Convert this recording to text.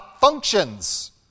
functions